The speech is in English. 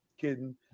Kidding